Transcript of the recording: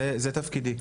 זה תפקידי.